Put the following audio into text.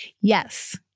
Yes